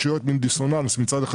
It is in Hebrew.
איזה דיסוננס מצד הרשויות שרוצות מצד אחד